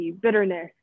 bitterness